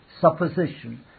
supposition